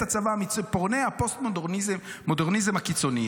הצבא מציפורני הפוסט-מודרניזם הקיצוני.